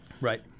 Right